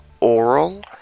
oral